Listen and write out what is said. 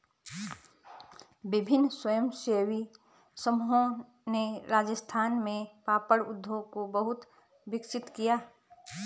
विभिन्न स्वयंसेवी समूहों ने राजस्थान में पापड़ उद्योग को बहुत विकसित किया